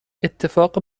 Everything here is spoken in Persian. اتفاق